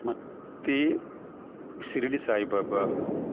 ಮತ್ತೆ ಶಿರಡಿ ಸಾಯಿಬಾಬ